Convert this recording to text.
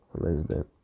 Elizabeth